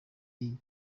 nawe